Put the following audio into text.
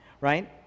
right